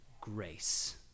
grace